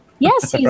Yes